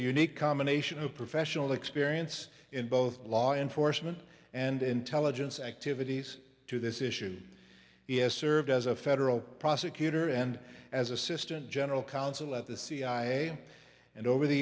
unique combination of professional experience in both law enforcement and intelligence activities to this issue is served as a federal prosecutor and as assistant general counsel at the cia and over the